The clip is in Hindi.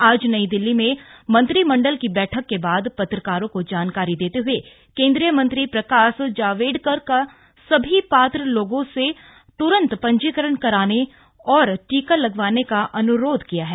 आज नई दिल्ली में मंत्रिमंडल की बैठक के बाद पत्रकारों को जानकारी देते हुए केंद्रीय मंत्री प्रकाश जावड़ेकर ने सभी पात्र लोगों से त्रंत पंजीकरण कराने और टीका लगवाने का अन्रोध किया है